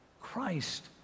Christ